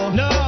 no